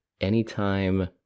anytime